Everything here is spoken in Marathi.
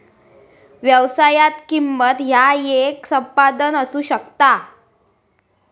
व्यवसायात, किंमत ह्या येक संपादन असू शकता